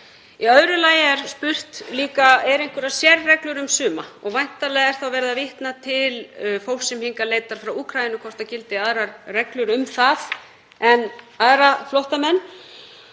Í öðru lagi er spurt líka: Eru einhverjar sérreglur um suma? Væntanlega er þá verið að vitna til fólks sem hingað leitar frá Úkraínu, hvort það gildi aðrar reglur um það en aðra flóttamenn.